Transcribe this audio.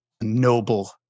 noble